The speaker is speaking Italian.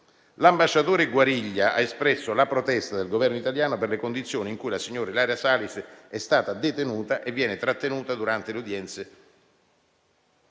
L'ambasciatore Guariglia ha espresso la protesta del Governo italiano per le condizioni in cui la signora Ilaria Salis è stata detenuta e viene trattenuta durante le udienze